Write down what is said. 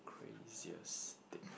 craziest thing